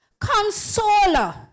consoler